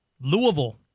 Louisville